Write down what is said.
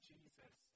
Jesus